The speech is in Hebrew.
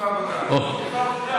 שוק העבודה.